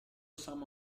some